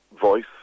voice